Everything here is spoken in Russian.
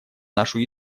нашу